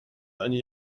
ani